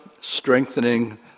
strengthening